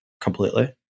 completely